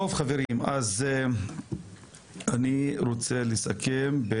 חברים, אני רוצה לסכם: